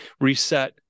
reset